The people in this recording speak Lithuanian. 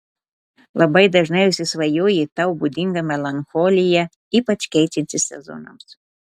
labai dažnai užsisvajoji tau būdinga melancholija ypač keičiantis sezonams